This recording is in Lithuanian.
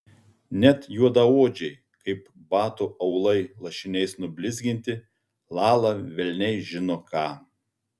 net juodaodžiai kaip batų aulai lašiniais nublizginti lala velniai žino ką